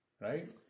right